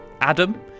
Adam